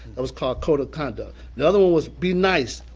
that was called code of conduct. the other one was be nice,